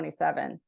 27